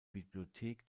bibliothek